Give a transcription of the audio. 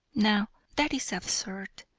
now that is absurd,